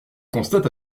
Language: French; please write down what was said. constate